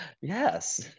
Yes